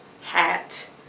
hat